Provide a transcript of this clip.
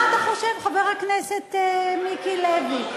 מה אתה חושב, חבר הכנסת מיקי לוי?